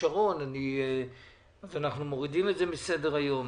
שרון ואנחנו מורידים את זה מסדר היום.